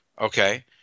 Okay